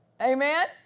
Amen